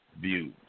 views